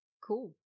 Cool